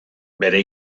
bere